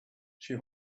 she